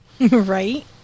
Right